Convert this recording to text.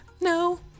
No